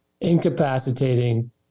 incapacitating